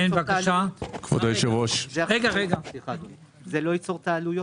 זה לא ייצור עלויות?